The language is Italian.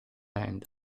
end